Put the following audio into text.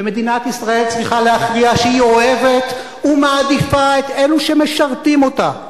ומדינת ישראל צריכה להכריע שהיא אוהבת ומעדיפה את אלו שמשרתים אותה.